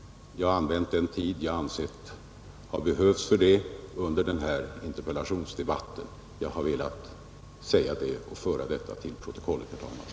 Därför har jag också här använt den tid som jag har funnit behövlig för ändamålet. Jag har velat säga detta för att få det med i kammarens protokoll, herr talman,